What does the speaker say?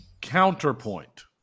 Counterpoint